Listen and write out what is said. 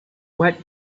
what